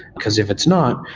because if it's not,